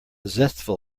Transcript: zestful